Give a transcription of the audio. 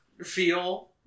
feel